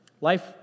Life